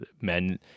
men